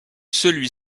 celui